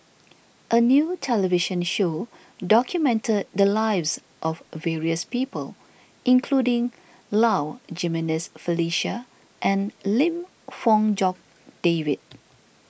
a new television show documented the lives of various people including Low Jimenez Felicia and Lim Fong Jock David